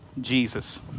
Jesus